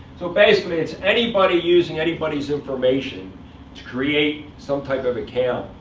so basically, it's anybody using anybody's information to create some type of account